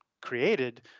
created